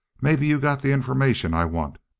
maybe you got the information i want?